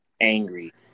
angry